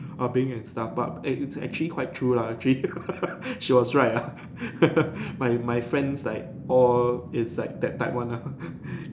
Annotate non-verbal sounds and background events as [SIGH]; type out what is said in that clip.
Ah-beng and stuff but eh its actually quite true lah actually [LAUGHS] she was right ah [LAUGHS] my my friends like all is like that type one nah [LAUGHS]